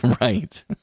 Right